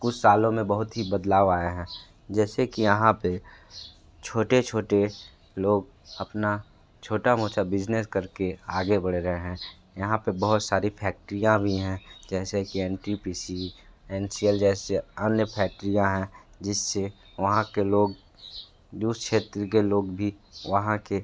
कुछ सालों में बहुत ही बदलाव आएं हैं जैसे की यहाँ पे छोटे छोटे लोग अपना छोटा मोटा बिजनेस करके आगे बढ़ रहे हैं यहाँ पे बहुत सारी फैक्ट्रियां भी हैं जैसे कि N T P C N C L जैसे अन्य फैक्ट्रियां हैं जिससे वहाँ के लोग दूसरे क्षेत्र के लोग भी वहाँ के